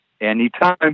Anytime